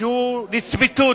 שהוא לצמיתות.